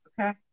Okay